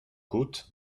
côtes